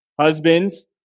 Husbands